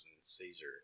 Caesar